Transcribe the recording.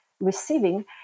receiving